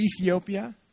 Ethiopia